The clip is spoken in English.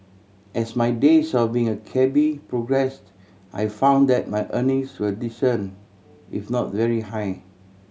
as my days of being a cabby progressed I found that my earnings were decent if not very high